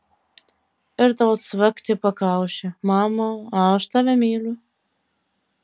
ir tau cvakt į pakaušį mama aš tave myliu